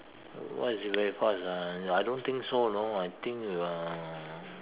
what is very fast ah I don't think so you know I think uh